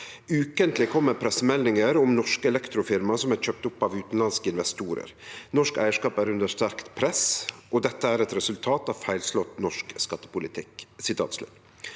ukentlig kommer pressemeldinger om norske elektrofirma som er kjøpt opp av utenlandske investorer. Norsk eierskap er under sterkt press og dette er et resultat av feilslått norsk skattepolitikk.»